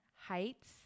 heights